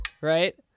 Right